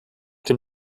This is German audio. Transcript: dem